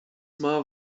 mal